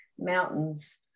Mountains